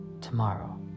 tomorrow